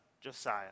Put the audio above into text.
Josiah